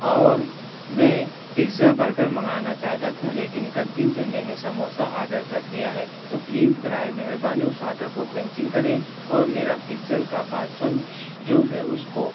اور میں pizza burger منگانا چاہتا تھا لیکن غلطی سے میں نے سموسہ آرڈر کر دیا ہے تو پلیز برائے مہربانی اس آرڈر کو کینسل کریں اور میرا پیزا کا پارسل جو ہے اس کو